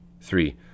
Three